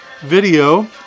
video